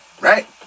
right